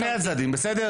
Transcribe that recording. שני הצדדים, בסדר?